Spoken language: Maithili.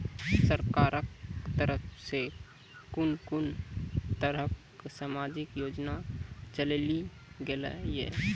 सरकारक तरफ सॅ कून कून तरहक समाजिक योजना चलेली गेलै ये?